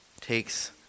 takes